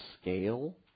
scale